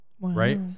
Right